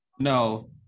No